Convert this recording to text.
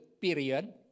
period